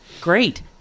Great